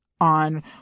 on